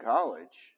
College